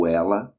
ela